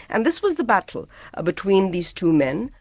and this was the battle between these two men.